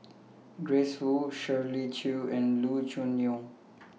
Grace Fu Shirley Chew and Loo Choon Yong